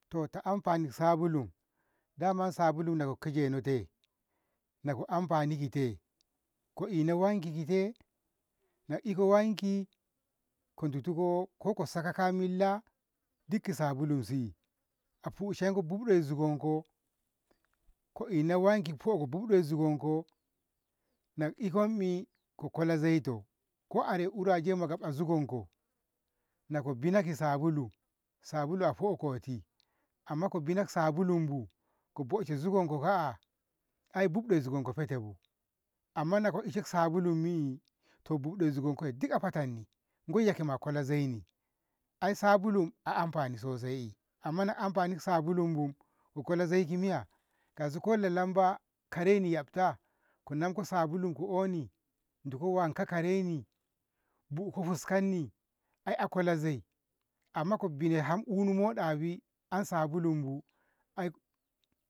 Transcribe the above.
To ta amfani ki sabulu daman sabulu na kejeno te nako amfani kite, ko ina wankite, na iko wanki ko ndutu ko kosa ka milla duk ki sabulunsi a fusheko bukdon zugonko nako ikommi ko kola zaito ko are uraje makaba zugonki nako bina kisabulu, sabulu a foakoti amma ko bina ki sabulunbu ko boashe zigonko ka'a ai bukdo zigonka a fetebu amma nako ishe ki sabulummi to bukdo zugonko duk a fatanni gwaiya a kola zaini ai sabulu a amfani sosai eh, amma nako amfani ki sabulunbu ko kola zai kimiya kauso ko lalamba kareni yabta ko namko sabulun ko oni dukko wanka kareni buoko fuskani ai akola zaini amma ko bina ham unu moɗabi an sabulunbu ai